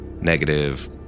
negative